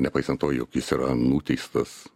nepaisant to jog jis yra nuteistas